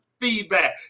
feedback